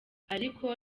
ariko